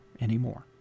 anymore